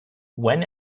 when